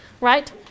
right